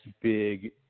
big